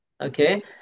Okay